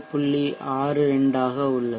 62 ஆக உள்ளது